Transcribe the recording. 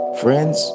friends